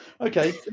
Okay